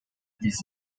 occurred